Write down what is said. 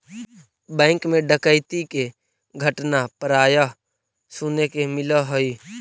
bank मैं डकैती के घटना प्राय सुने के मिलऽ हइ